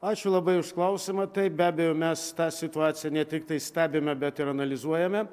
ačiū labai už klausimą taip be abejo mes tą situaciją ne tiktai stebime bet ir analizuojame